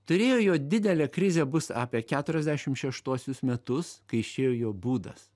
turėjo didelę krizę bus apie keturiasdešimt šeštuosius metus kai išėjo jo būdas